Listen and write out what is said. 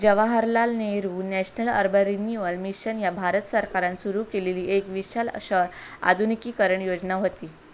Jawaharlal Nehru national urban renewal mission ह्या भारत सरकारान सुरू केलेली एक विशाल शहर आधुनिकीकरण योजना व्हती